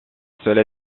seule